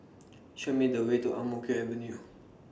Show Me The Way to Ang Mo Kio Avenue